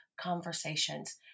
conversations